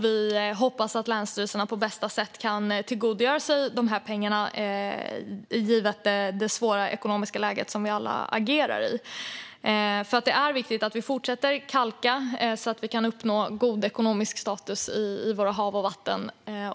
Vi hoppas att länsstyrelserna på bästa sätt kan tillgodogöra sig dessa pengar givet det svåra ekonomiska läge som vi alla agerar i. Det är nämligen viktigt att vi fortsätter kalka, så att vi kan uppnå god ekologisk status i våra hav och vatten.